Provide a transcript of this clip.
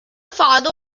father